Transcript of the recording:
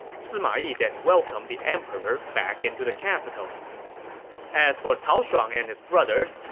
sima yi then welcomed the emperor back into the capital as for cao shuang and his brothers,